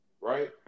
right